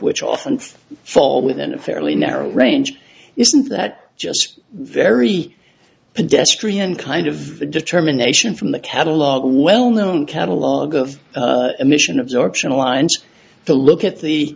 which often fall within a fairly narrow range isn't that just very pedestrian kind of a determination from the catalog well known catalog of emission absorption lines to look at the